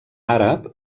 àrab